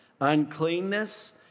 uncleanness